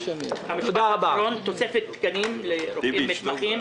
תוספת תקנים לרופאים מתמחים